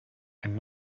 and